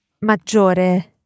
Maggiore